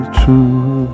true